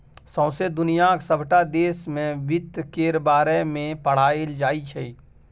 सौंसे दुनियाक सबटा देश मे बित्त केर बारे मे पढ़ाएल जाइ छै